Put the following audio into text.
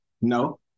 No